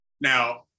Now